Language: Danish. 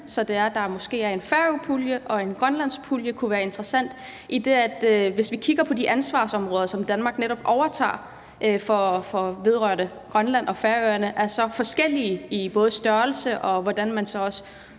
puljerne, så der måske er en færøpulje og en grønlandspulje, kunne være interessant. Det er det, for hvis vi kigger på de ansvarsområder, som Danmark netop overtager, vedrørende Grønland og Færøerne, så er de så forskellige i forhold til både størrelse, og i forhold til hvordan man så også